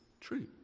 true